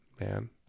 man